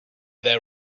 there